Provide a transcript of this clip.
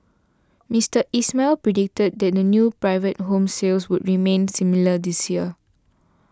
Mister Ismail predicted that new private home sales would remain similar this year